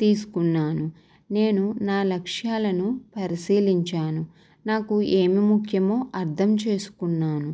తీసుకున్నాను నేను నా లక్ష్యాలను పరిశీలించాను నాకు ఏమి ముఖ్యమో అర్దం చేసుకున్నాను